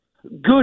Good